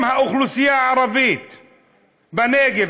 אם האוכלוסייה הערבית בנגב,